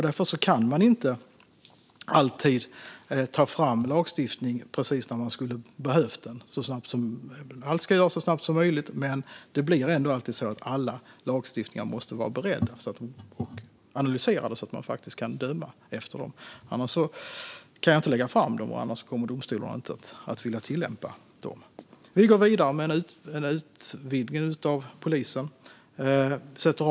Därför kan lagstiftning inte alltid tas fram precis när den skulle behövas. Allt ska göras så snabbt som möjligt, men alla lagstiftningar måste ändå ha beretts och analyserats så att man faktiskt kan döma utifrån dem. Annars kan jag inte lägga fram dem, och domstolarna kommer inte att vilja tillämpa dem. Vi går vidare med en utvidgning av polisen.